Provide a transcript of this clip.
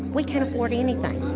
we can't afford anything.